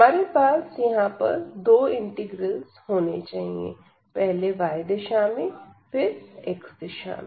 हमारे पास यहां पर दो इंटीग्रल्स होनी चाहिए पहले y दिशा में फिर x दिशा में